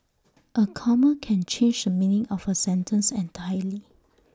A comma can change the meaning of A sentence entirely